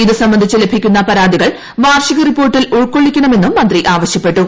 ഇതുസംബന്ധിച്ച് ലഭിക്കുന്ന പരാതികൾ വാർഷിക റിപ്പർട്ടിൽ ഉൾക്കൊള്ളിക്കണമെന്നും മന്ത്രി ആവശ്യപ്പെട്ടു